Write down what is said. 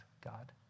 God